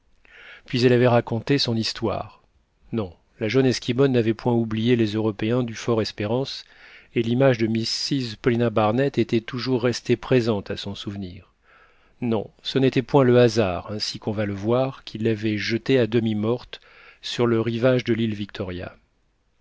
puis elle avait raconté son histoire non la jeune esquimaude n'avait point oublié les européens du fort espérance et l'image de mrs paulina barnett était toujours restée présente à son souvenir non ce n'était point le hasard ainsi qu'on va le voir qui l'avait jetée à demi morte sur le rivage de l'île victoria